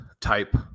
type